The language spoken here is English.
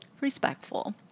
respectful